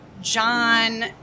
John